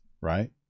Right